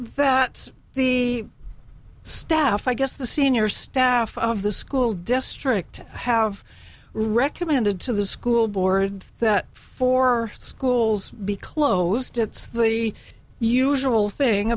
that the staff i guess the senior staff of the school district have recommended to the school board that four schools be closed it's the usual thing